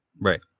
Right